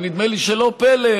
ונדמה לי שלא פלא,